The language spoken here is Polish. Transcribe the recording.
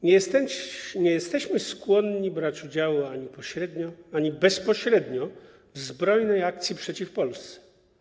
Nie jesteśmy skłonni brać udziału ani pośrednio, ani bezpośrednio w zbrojnej akcji przeciw Polsce.